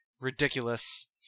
ridiculous